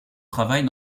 travail